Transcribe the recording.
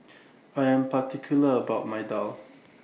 I Am particular about My Daal